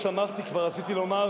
שמחתי כבר, רציתי לומר